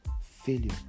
failure